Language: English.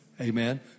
Amen